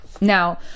Now